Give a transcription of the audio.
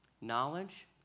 knowledge